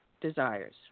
desires